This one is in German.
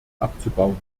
abzubauen